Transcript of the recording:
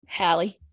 hallie